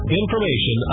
information